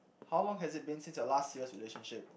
how long has it been since your last serious relationship